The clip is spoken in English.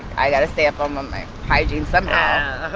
i gotta stay up um on my hygiene somehow.